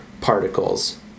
particles